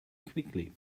quickly